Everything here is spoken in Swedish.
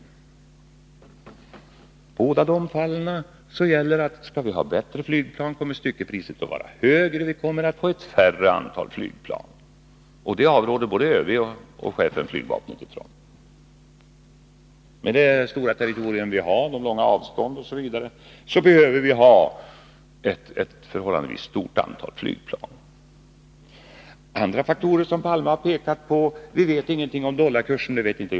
I båda fallen gäller att vi för att få bättre flygplan måste betala ett högre styckepris samtidigt som antalet flygplan blir färre. Detta avråder både chefen för flygvapnet och ÖB från. Med det stora territorium vi har, med långa avstånd osv., behöver vi ha ett förhållandevis stort antal flygplan. En annan av de faktorer Olof Palme har pekat på är att vi inte vet någonting om vilken dollarkurs som kommer att gälla.